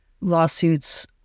lawsuits